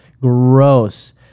Gross